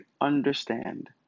understand